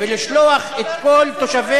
וגם לפרק את אריאל ולשלוח את כל תושביה.